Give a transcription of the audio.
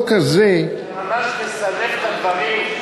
אתה ממש מסלף את הדברים.